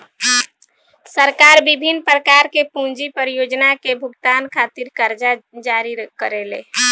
सरकार बिभिन्न प्रकार के पूंजी परियोजना के भुगतान खातिर करजा जारी करेले